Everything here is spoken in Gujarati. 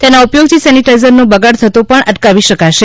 તેના ઉપયોગથી સેનિટાઈઝરનો બગાડ થતો પણ અટકાવી શકાશે